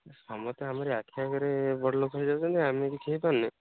ସମସ୍ତେ ଆମରି ଆଖି ଆଗରେ ବଡ଼ ଲୋକ ହେଇଯାଉଛନ୍ତି ଆମେ କିଛି ହେଇପାରୁନି